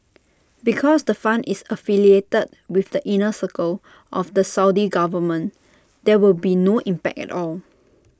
because the fund is affiliated with the inner circle of the Saudi government there will be no impact at all